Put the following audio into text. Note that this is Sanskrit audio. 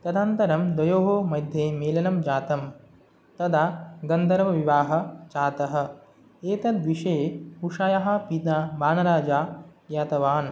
तदनन्तरं द्वयोः मध्ये मेलनं जातं तदा गन्धर्वविवाहः जातः एतद्विषये उषायाः पिता वानराजः ज्ञातवान्